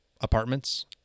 apartments